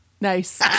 Nice